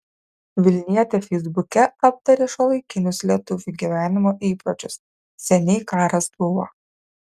vilnietė feisbuke aptarė šiuolaikinius lietuvių gyvenimo įpročius seniai karas buvo